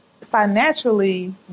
financially